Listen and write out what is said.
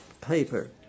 paper